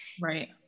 right